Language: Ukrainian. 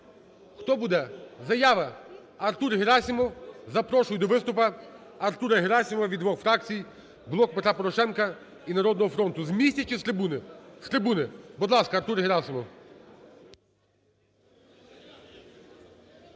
Хто буде? Заява, Артур Герасимов, запрошую до виступу Артура Герасимова від двох фракцій: "Блок Петра Порошенка" і "Народного фронту". З місця, чи з трибуни? З трибуни. Будь ласка, Артур Герасимов.